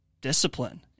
discipline